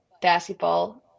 basketball